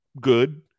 good